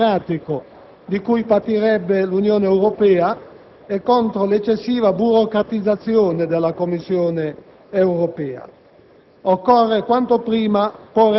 Il nostro Paese riceve dall'Unione Europea una parte consistente della sua legislazione, che concorre però a formare in sede comunitaria.